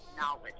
knowledge